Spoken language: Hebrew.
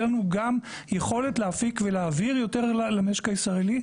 יהיה לנו גם יכולת להפיק ולהעביר יותר למשק הישראלי.